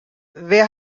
wer